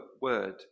word